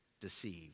deceived